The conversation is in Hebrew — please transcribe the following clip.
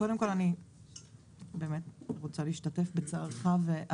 קודם כל אני באמת רוצה להשתתף בצערך הטרי.